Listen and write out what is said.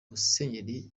musenyeri